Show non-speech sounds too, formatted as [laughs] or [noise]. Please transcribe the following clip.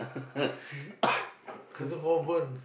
[laughs] Katong-Convent